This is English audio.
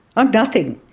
i'm nothing.